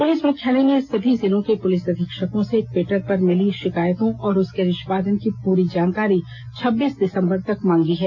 police मुख्यालय ने सभी जिलों के पुलिस अधीक्षक से ट्विटर पर मिली शिकायतों और उसके निष्पादन की पूरी जानकारी छब्बीस दिसंबर तक मांगी है